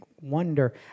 wonder